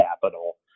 capital